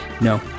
no